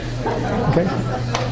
Okay